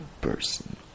person